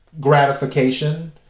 gratification